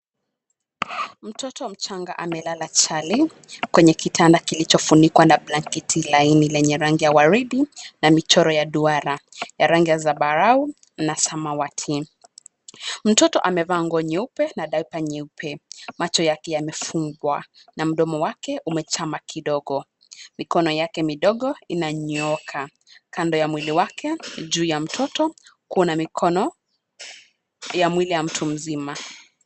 Mtoto mchanga amelala chali kwenye kitanda kilichofunikwa na blanket laini lenye rangi ya waridi na michoro ya duara ya rangi ya zambarau na samawati. Mtoto amevaa nguo nyeupe na daipa nyeupe. Macho yake yamefungwa na mdomo wake umechama kidogo. Mikono yake midogo inanyooka kando ya mwili wake. Juu ya mtoto, kuna mikono ya mwili ya mtu mzima.